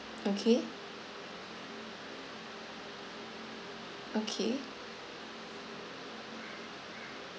okay okay